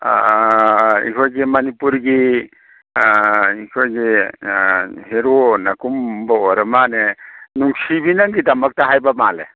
ꯑꯩꯈꯣꯏꯒꯤ ꯃꯅꯤꯄꯨꯔꯒꯤ ꯑꯩꯈꯣꯏꯒꯤ ꯍꯦꯔꯣꯅ ꯀꯨꯝꯕ ꯑꯣꯏꯔ ꯃꯥꯟꯅꯦ ꯅꯨꯡꯁꯤꯕꯤ ꯅꯪꯒꯤꯗꯃꯛꯇ ꯍꯥꯏꯕ ꯃꯥꯜꯂꯦ